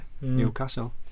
newcastle